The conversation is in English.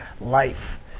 life